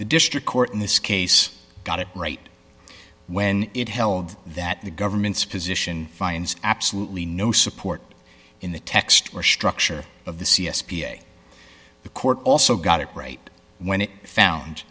the district court in this case got it right when it held that the government's position fines absolutely no support in the text or structure of the c s p the court also got it right when it found